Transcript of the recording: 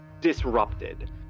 disrupted